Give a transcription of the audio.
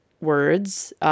words